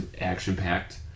action-packed